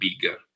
bigger